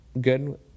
good